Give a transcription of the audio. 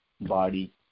body